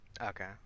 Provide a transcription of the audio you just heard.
Okay